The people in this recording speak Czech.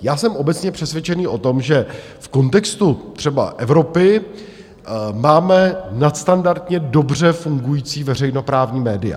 Já jsem obecně přesvědčený o tom, že v kontextu třeba Evropy máme nadstandardně dobře fungující veřejnoprávní média.